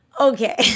okay